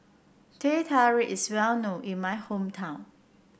Teh Tarik is well known in my hometown